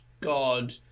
God